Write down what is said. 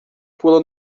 pula